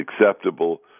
acceptable